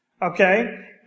Okay